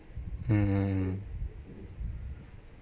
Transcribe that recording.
mm